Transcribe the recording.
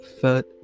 third